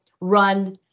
run